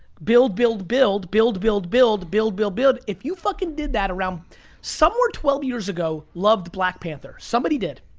build, build, build, build, build, build, build, build, build, if you fucking did that around somewhere twelve years ago, loved black panther, somebody did.